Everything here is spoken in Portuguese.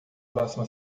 próxima